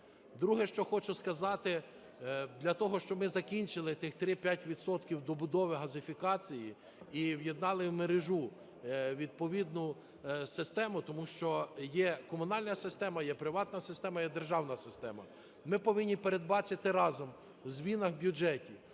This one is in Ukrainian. Друге, що хочу сказати. Для того, щоб ми закінчили тих 3-5 відсотків добудови газифікації і в'єднали в мережу відповідну систему, тому що є комунальна система, є приватна система, є державна система, ми повинні передбачити разом у змінах у бюджеті